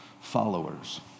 followers